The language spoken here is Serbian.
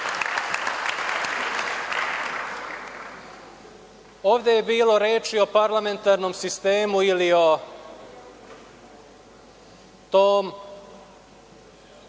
je bilo reči o parlamentarnom sistemu ili o toj